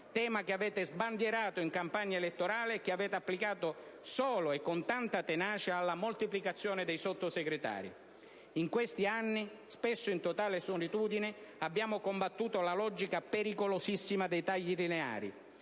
tema che avete sbandierato in campagna elettorale e che avete applicato, solo e con tanta tenacia, alla moltiplicazione dei Sottosegretari. In questi anni, spesso in totale solitudine, abbiamo combattuto la logica, pericolosissima, dei tagli lineari.